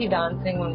dancing